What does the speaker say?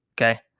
okay